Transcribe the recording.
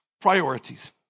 priorities